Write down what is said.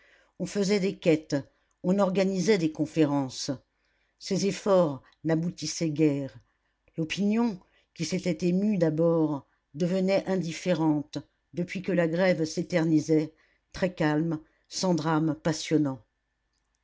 on faisait des quêtes on organisait des conférences ces efforts n'aboutissaient guère l'opinion qui s'était émue d'abord devenait indifférente depuis que la grève s'éternisait très calme sans drames passionnants